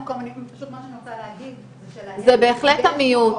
פשוט מה שאני רוצה להגיד זה שלהם יש מקום --- זה בהחלט המיעוט.